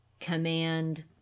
command